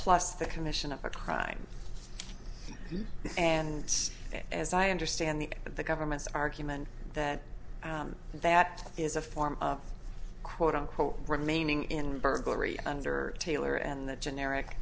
plus the commission of a crime and as i understand the the government's argument that that is a form of quote unquote remaining in burglary under taylor and the generic